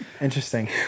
interesting